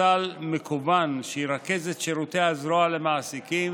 פורטל מקוון שירכז את שירותי הזרוע למעסיקים